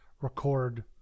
record